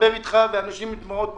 אלה אנשים עם דמעות בעיניים,